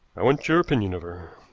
i want your opinion of her.